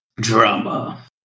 drama